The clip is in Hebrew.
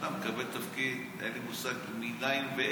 בן אדם מקבל תפקיד, אין לי מושג מנין ואיך.